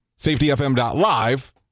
safetyfm.live